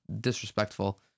disrespectful